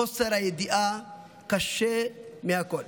חוסר הידיעה קשה מכול,